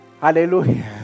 hallelujah